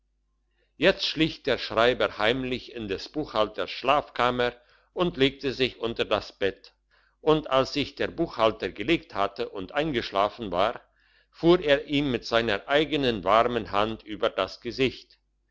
jetzt schlich der schreiber heimlich in des buchhalters schlafkammer und legte sich unter das bett und als sich der buchhalter gelegt hatte und eingeschlafen war fuhr er ihm mit seiner eigenen warmen hand über das gesicht